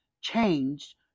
changed